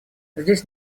здесь